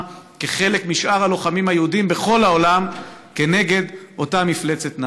כחלק משאר הלוחמים היהודים בכל העולם כנגד אותה מפלצת נאצית.